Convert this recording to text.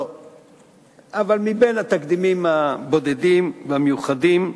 אולי לא, אבל מהתקדימים הבודדים והמיוחדים.